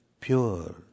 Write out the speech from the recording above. pure